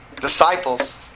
Disciples